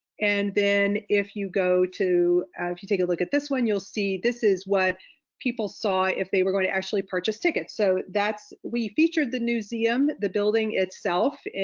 and then if you go to, if you take a look at this one, you'll see this is what people saw if they were going to actually purchase tickets. so we featured the newseum, the building itself,